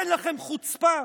אין לכם חוצפה?